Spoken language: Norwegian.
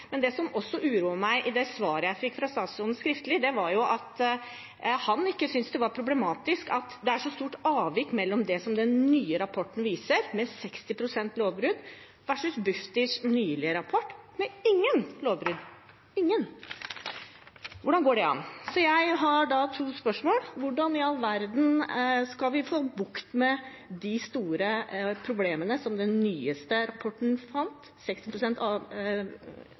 Men det som også uroer meg i det svaret jeg fikk fra statsråden skriftlig, var at han ikke syntes det var problematisk at det er så stort avvik mellom det som den nye rapporten viser, 60 pst. lovbrudd, og Bufdirs nylige rapport, med ingen lovbrudd. Ingen! Hvordan går det an? Så jeg har to spørsmål: Hvordan i all verden skal vi få bukt med de store problemene som den nyeste rapporten fant,